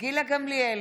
גילה גמליאל,